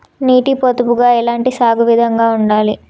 నీటి పొదుపుగా ఎలాంటి సాగు విధంగా ఉండాలి?